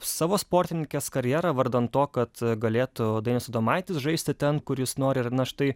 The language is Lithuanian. savo sportininkės karjerą vardan to kad galėtų dainius adomaitis žaisti ten kur jis nori ir na štai